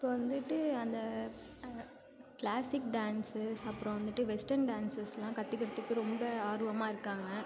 இப்போ வந்துவிட்டு அந்த கிளாசிக் டான்ஸஸ் அப்புறம் வந்துவிட்டு வெஸ்டர்ன் டான்ஸஸ் எல்லாம் கற்றுக்கிறதுக்கு ரொம்ப ஆர்வமாக இருக்காங்க